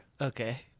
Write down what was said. Okay